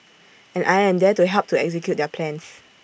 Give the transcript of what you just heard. and I am there to help to execute their plans